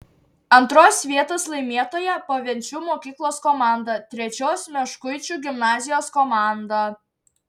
antros vietos laimėtoja pavenčių mokyklos komanda trečios meškuičių gimnazijos komanda